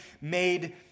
made